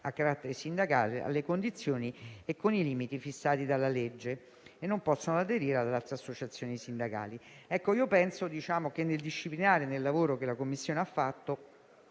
a carattere sindacale alle condizioni e con i limiti fissati dalla legge e non possono aderire ad altre associazioni sindacali. Penso che, nel lavoro che la Commissione ha fatto,